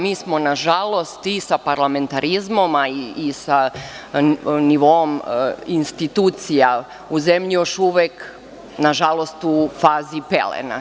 Mi smo, nažalost, i sa parlamentarizmom i sa nivoom institucija u zemlji, još uvek u fazi pelena.